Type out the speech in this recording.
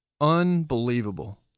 unbelievable